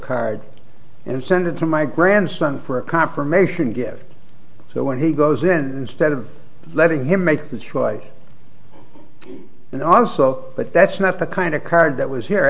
card and send it to my grandson for a confirmation give so when he goes then stead of letting him make his choice and also but that's not the kind of card that was here